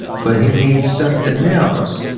but he needs something else,